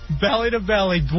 Belly-to-belly